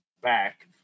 back